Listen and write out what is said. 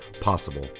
possible